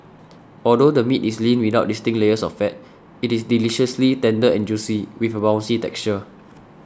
although the meat is lean without distinct layers of fat it is deliciously tender and juicy with a bouncy texture